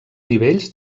nivells